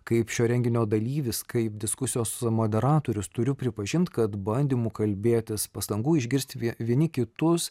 kaip šio renginio dalyvis kaip diskusijos moderatorius turiu pripažint kad bandymų kalbėtis pastangų išgirsti vie vieni kitus